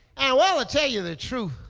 well, to tell you the truth.